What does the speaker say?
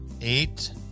eight